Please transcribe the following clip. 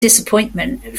disappointment